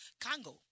Congo